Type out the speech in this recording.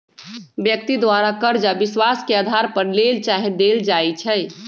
व्यक्ति द्वारा करजा विश्वास के अधार पर लेल चाहे देल जाइ छइ